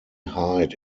hide